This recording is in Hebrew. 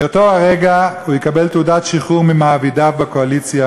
מאותו רגע הוא יקבל תעודת שחרור ממעבידיו בקואליציה.